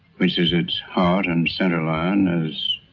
which is its heart and center line is